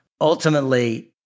ultimately